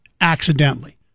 accidentally